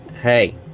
hey